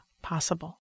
possible